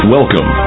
Welcome